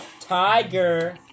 tiger